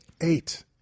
Eight